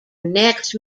next